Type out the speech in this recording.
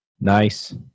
Nice